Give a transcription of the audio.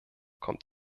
kommt